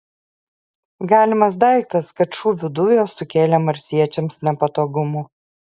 galimas daiktas kad šūvių dujos sukėlė marsiečiams nepatogumų